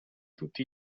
tutti